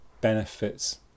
benefits